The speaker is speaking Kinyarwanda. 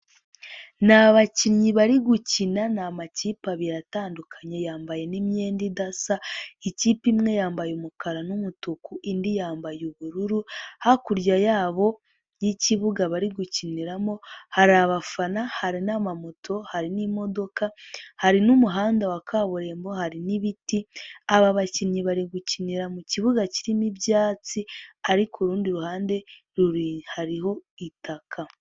Ni abakinnyi bari gukina ni amakipe abiri atandukanye yambaye n'iyenda idasa ikipe imwe yambaye umukara n'umutuku indi yambaye ubururu, hakurya yabo y'ikibuga bari gukiniramo hari abafana, hari n'amamoto, hari n'imodoka, hari n'umuhanda wa kaburimbo, hari n'ibiti aba bakinnyi bari gukinira mu kibuga kirimo ibyatsi ariko urundi ruhanderi hariho itaka.